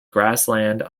grassland